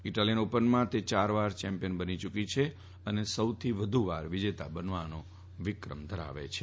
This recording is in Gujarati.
ઈટાલીયન ઓપનમાં તે ચારવાર ચેમ્પીયન બની છે અને સૌથી વધુ વાર વિજેતા બનવાનો વિક્રમ ધરાવે છે